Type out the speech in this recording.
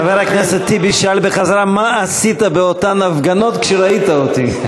חבר הכנסת טיבי שאל בחזרה: מה עשית באותן הפגנות שבהן ראית אותי?